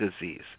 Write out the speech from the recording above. disease